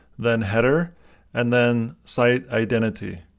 then header and then site identity.